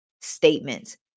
statements